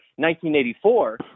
1984 –